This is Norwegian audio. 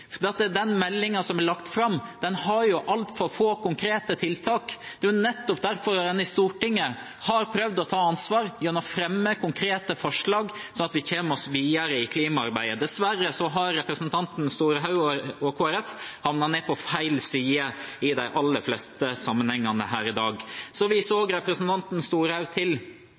også andre partier. Den meldingen som er lagt fram, har altfor få konkrete tiltak. Det er nettopp derfor en i Stortinget har prøvd å ta ansvar gjennom å fremme konkrete forslag, slik at vi kommer oss videre i klimaarbeidet. Dessverre har representanten Storehaug og Kristelig Folkeparti havnet på feil side i de aller fleste sammenhengene her i dag. Så viser representanten Storehaug også til